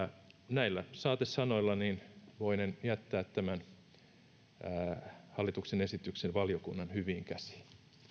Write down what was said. näillä saatesanoilla voinen jättää tämän hallituksen esityksen valiokunnan hyviin käsiin arvoisa